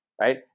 right